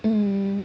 hmm